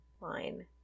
line